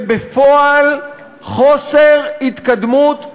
ובפועל חוסר התקדמות מוחלט.